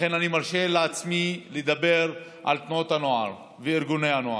לכן אני מרשה לעצמי לדבר על תנועות הנוער וארגוני הנוער.